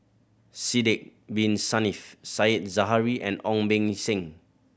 Sidek Bin Saniff Said Zahari and Ong Beng Seng